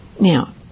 Now